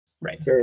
Right